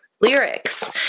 lyrics